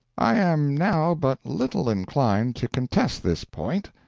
i am now but little inclined to contest this point.